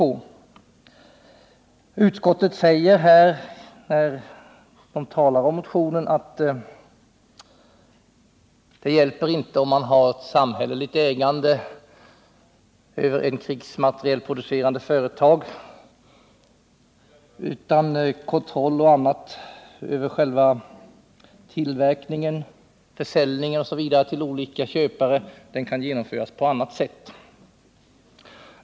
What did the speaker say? När utskottet yttrar sig över motionen anförs att det inte hjälper om man har ett samhälleligt ägande av ett krigsmaterielproducerande företag, eftersom kontroll över själva tillverkningen, försäljningen till olika köpare etc. kan genomföras på annat sätt.